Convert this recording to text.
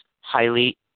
highly